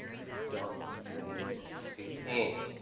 you don't need to fit in